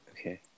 Okay